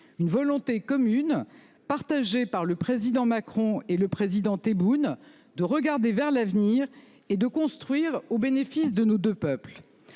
une volonté commune, partagée par le président Macron et le président Abdelmadjid Tebboune de regarder vers l'avenir et de le construire, au bénéfice de nos deux peuples.